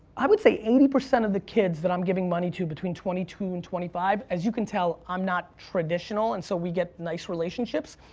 i would say eighty percent of the kids that i'm giving money to between twenty two and twenty five, as you can tell, i'm not traditional and so we get nice relationships.